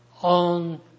on